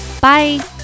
bye